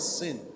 sin